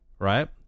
right